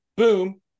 boom